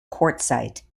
quartzite